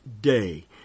day